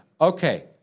Okay